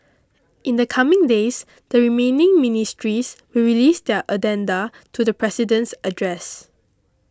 in the coming days the remaining ministries will release their addenda to the President's address